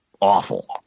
awful